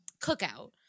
cookout